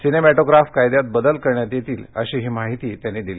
cinematograph कायद्यात बदल करण्यात येतील अशीही माहिती त्यांनी दिली